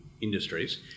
industries